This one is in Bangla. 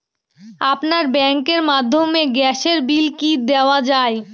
আপনার ব্যাংকের মাধ্যমে গ্যাসের বিল কি দেওয়া য়ায়?